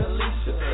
Alicia